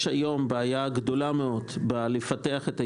יש היום בעיה גדולה מאוד לפתח את היישובים,